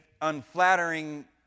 unflattering